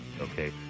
Okay